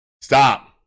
Stop